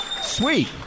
Sweet